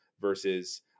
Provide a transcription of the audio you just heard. versus